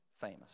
famous